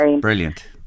brilliant